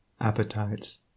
appetites